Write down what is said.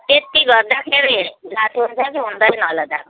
त्यति गर्दाखेरि जाती हुन्छ कि हुँदैन होला डक्टर